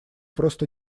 просто